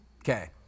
Okay